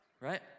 right